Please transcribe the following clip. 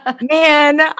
man